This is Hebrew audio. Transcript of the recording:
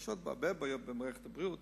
יש עוד הרבה בעיות במערכת הבריאות,